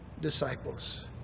disciples